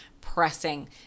pressing